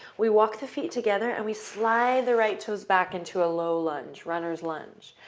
we walk the feet together, and we slide the right toes back into a low lunge, runner's lunge.